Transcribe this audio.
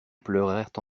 pleurèrent